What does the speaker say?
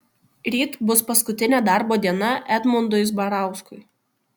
ryt bus paskutinė darbo diena edmundui zbarauskui